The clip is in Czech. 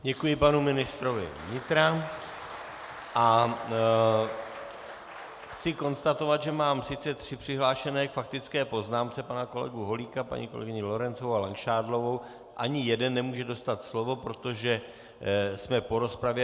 Děkuji panu ministrovi vnitra a chci konstatovat, že mám sice tři přihlášené k faktické poznámce pana kolegu Holíka, paní kolegyni Lorencovou a Langšádlovou, ani jeden nemůže dostat slovo, protože jsme po rozpravě.